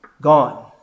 gone